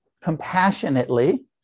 compassionately